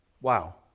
Wow